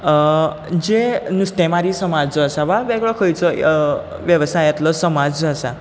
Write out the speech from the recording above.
जे नुस्तेमारी समाज जो आसा वा वेगळो खंयचोय वेवसायांतलो समाज जो आसा